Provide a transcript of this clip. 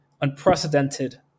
unprecedented